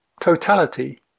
Totality